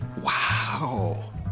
Wow